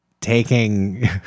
taking